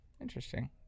Interesting